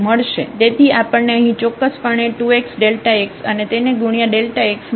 તેથી આપણને અહીં ચોક્કસપણે 2xΔxઅને તેને ગુણ્યાં x મળશે